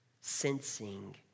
sensing